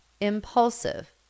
impulsive